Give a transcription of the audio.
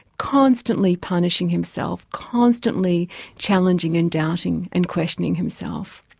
constantly punishing himself, constantly challenging and doubting and questioning himself.